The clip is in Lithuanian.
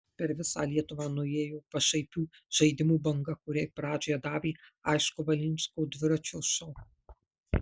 per visą lietuvą nuėjo pašaipių žaidimų banga kuriai pradžią davė aišku valinsko dviračio šou